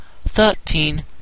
thirteen